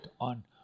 on